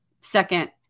second